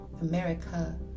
America